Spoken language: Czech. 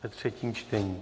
Ve třetí čtení.